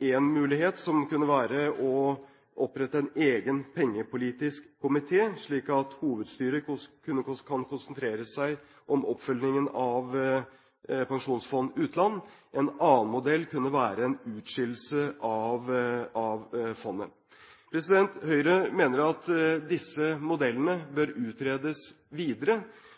én mulighet, som kunne være å opprette en egen pengepolitisk komité, slik at hovedstyret kan konsentrere seg om oppfølgingen av Statens pensjonsfond utland. En annen modell kunne være en utskillelse av fondet. Høyre mener at disse modellene bør utredes videre,